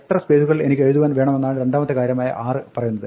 എത്ര സ്പേസുകൾ എനിക്ക് എഴുതുവാൻ വേണമെന്നാണ് രണ്ടാമത്തെ കാര്യമായ 6 പറയുന്നത്